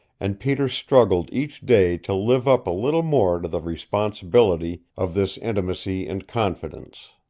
and peter struggled each day to live up a little more to the responsibility of this intimacy and confidence.